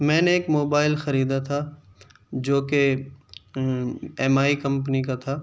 میں نے ایک موبائل خریدا تھا جو کہ ایم آئی کمپنی کا تھا